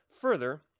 further